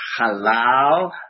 halal